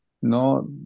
No